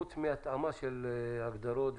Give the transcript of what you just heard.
חוץ מהתאמה של הגדרות,